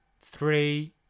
three